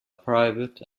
private